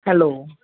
hello